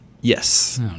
Yes